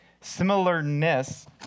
similarness